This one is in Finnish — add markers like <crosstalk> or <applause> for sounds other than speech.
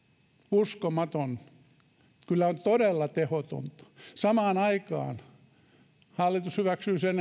uskomatonta kyllä on todella tehotonta samaan aikaan hallitus hyväksyy sen <unintelligible>